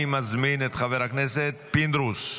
אני מזמין את חבר הכנסת פינדרוס,